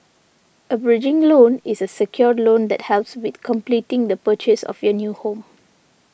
a bridging loan is a secured loan that helps with completing the purchase of your new home